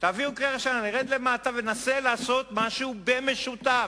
נרד למטה וננסה לעשות משהו במשותף,